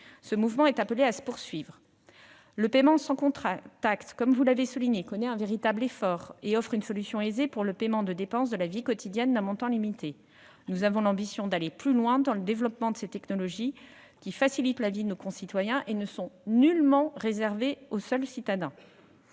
Ce mouvement est appelé à se poursuivre. Le paiement sans contact connaît un véritable essor et offre une solution aisée pour le paiement de dépenses de la vie quotidienne d'un montant limité. Nous avons l'ambition d'aller plus loin dans le développement de ces technologies qui facilitent la vie de nos concitoyens et ne sont nullement réservées aux seuls citadins.